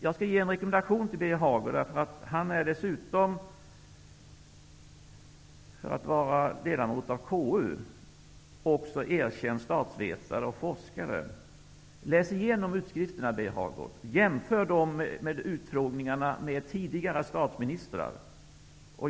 Jag skall ge en rekommendation till Birger Hagård. Förutom att han är ledamot av KU är han också en erkänd statsvetare och forskare. Läs igenom utskrifterna, Birger Hagård! Jämför dem med utfrågningar med tidigare statsministrar!